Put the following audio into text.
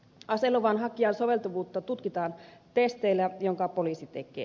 aseluvan hakijan soveltuvuutta tutkitaan testeillä jotka poliisi tekee